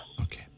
okay